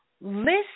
list